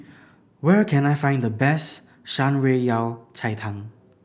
where can I find the best Shan Rui Yao Cai Tang